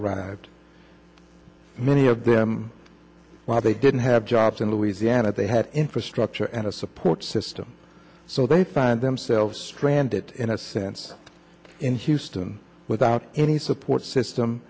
arrived many of them why they didn't have jobs in louisiana they had infrastructure and a support system so they find themselves stranded in a sense in houston without any support system